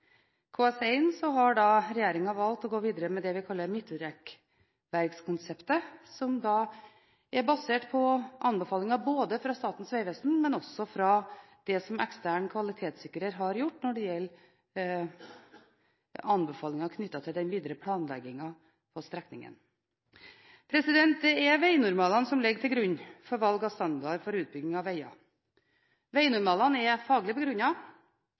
har regjeringen valgt å gå videre med det vi kaller midtrekkverkskonseptet, som er basert på anbefalinger både fra Statens vegvesen, og også fra det som ekstern kvalitetssikrer har gjort når det gjelder anbefalinger knyttet til den videre planleggingen på strekningen. Det er vegnormalene som ligger til grunn for valg av standard ved utbygging av veger. Vegnormalene er faglig